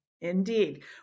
Indeed